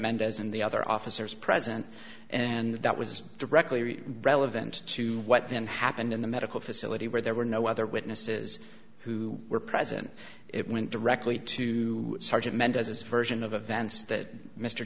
mendez and the other officers present and that was directly relevant to what then happened in the medical facility where there were no other witnesses who were present it went directly to sergeant mendez's version of events that mr